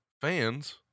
fans